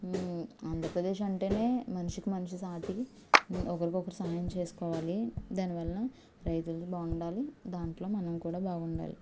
ఆంధ్రప్రదేశ్ అంటేనే మనిషికి మనిషి సాటి ఒకరికొకరు సాయం చేసుకోవాలి దానివల్ల రైతులు బాగుండాలి దాంట్లో మనం కూడా బాగుండాలి